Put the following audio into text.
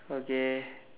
okay